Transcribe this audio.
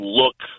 look